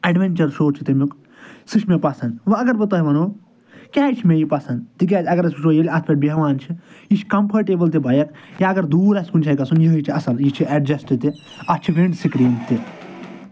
adventure show چھُ تمیٛک سُہ چھُ مےٚ پسنٛد وۄنۍ اگر بہٕ تۄہہِ ونہو کیٛازِ چھِ مےٚ یہِ پسنٛد تِکیٛازِ اگر أسۍ وُچھُو ییٚلہِ اَتھ پٮ۪ٹھ بیٚہوان چھِ یہِ چھِ کمفٲرٹیبٕل تہِ بایک یا اگر دوٗر آسہِ کُنہِ شاےٚ گژھُن یہٲے چھِ اصٕل یہِ چھِ ایٚڈجیٚسٹہٕ تہِ اَتھ چھِ وِنٛڈ سکریٖن تہِ